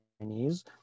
Chinese